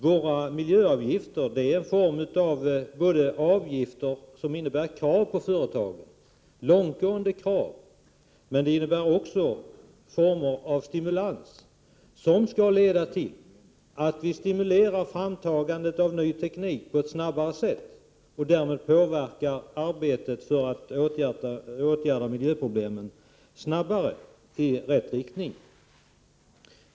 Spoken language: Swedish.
Våra miljöavgifter har formen av både långtgående krav på företagen och stimulans som skall leda till framtagande av ny teknik på ett snabbare sätt. Därmed skulle arbetet med att åtgärda miljöproblemen gå snabbare i rätt riktning.